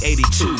82